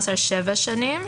שנים,